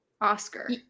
Oscar